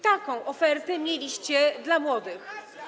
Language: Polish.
Taką ofertę mieliście dla młodych.